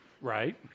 Right